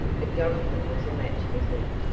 but jonathan was a match for him.